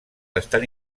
estan